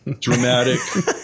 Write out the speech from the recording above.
dramatic